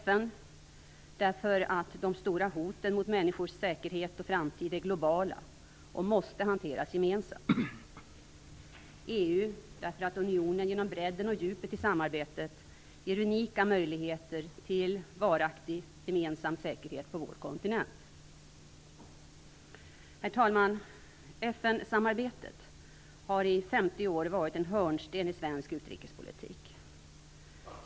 ?FN - därför att de stora hoten mot människors säkerhet och framtid är globala och måste hanteras gemensamt. ?EU - därför att unionen genom bredden och djupet i samarbetet ger unika möjligheter till varaktig, gemensam säkerhet på vår kontinent. Herr talman! FN-samarbetet har i 50 år varit en hörnsten i svensk utrikespolitik.